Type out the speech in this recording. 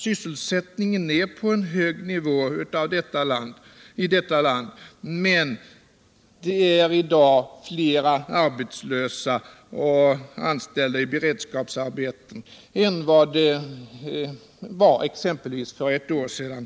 Sysselsättningen är på en hög nivå i detta land, men det är i dag flera arbetslösa och anställda i beredskapsarbeten än vad det var exempelvis för ett år sedan.